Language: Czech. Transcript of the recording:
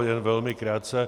Jen velmi krátce.